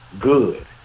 good